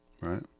Right